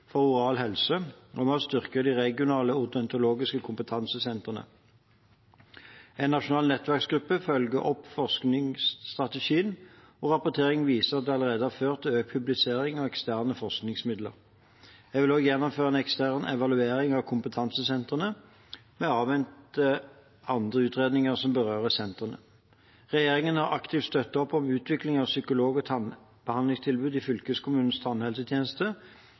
for oral helse, og vi har styrket de regionale odontologiske kompetansesentrene. En nasjonal nettverksgruppe følger opp forskningsstrategien, og rapporteringen viser at det allerede har ført til økt publisering og eksterne forskningsmidler. Jeg vil også gjennomføre en ekstern evaluering av kompetansesentrene, men avventer andre utredninger som berører sentrene. Regjeringen har aktivt støttet opp om utviklingen av et psykolog- og tannbehandlingstilbud i fylkeskommunenes tannhelsetjeneste